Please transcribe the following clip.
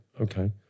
Okay